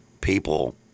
people